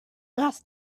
asked